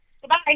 Goodbye